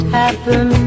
happen